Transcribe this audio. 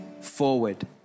forward